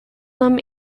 them